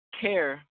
care